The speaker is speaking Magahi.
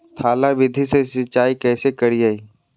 थाला विधि से सिंचाई कैसे करीये?